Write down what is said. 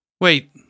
Wait